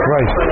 Right